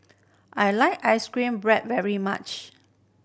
I like ice cream bread very much